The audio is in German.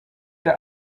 der